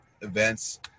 events